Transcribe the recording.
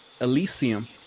Elysium